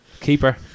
Keeper